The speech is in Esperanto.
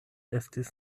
estis